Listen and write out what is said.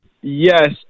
Yes